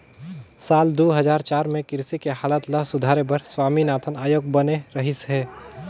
साल दू हजार चार में कृषि के हालत ल सुधारे बर स्वामीनाथन आयोग बने रहिस हे